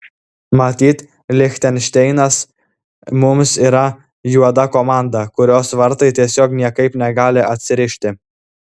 matyt lichtenšteinas mums yra juoda komanda kurios vartai tiesiog niekaip negali atsirišti